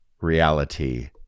reality